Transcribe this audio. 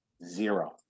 Zero